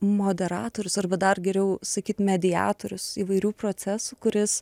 moderatorius arba dar geriau sakyt mediatorius įvairių procesų kuris